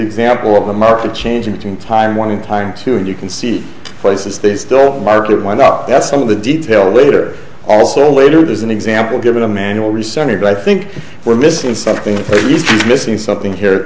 example of the market changing between time one time too and you can see places that still market went up that some of the detail later also later was an example given a manual recently but i think we're missing something easy missing something here